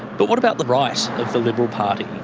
but what about the right of the liberal party?